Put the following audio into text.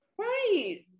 right